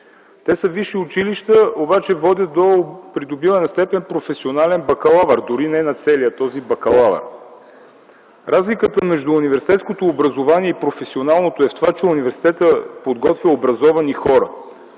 Те са висши училища, обаче водят до придобиване на степен професионален бакалавър. Дори не на целия бакалавър. Разликата между университетското образование и професионалното е в това, че университетът подготвя образовани хора.